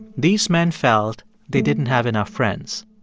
these men felt they didn't have enough friends.